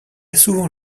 souvent